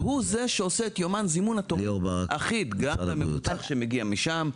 והוא זה שעושה את יומן זימון התורים אחיד גם למטופל שמגיע משם,